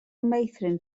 meithrin